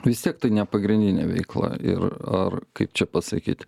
vis tiek tai ne pagrindinė veikla ir ar kaip čia pasakyt